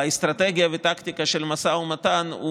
באסטרטגיה ובטקטיקה של המשא ומתן הוא